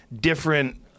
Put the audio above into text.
different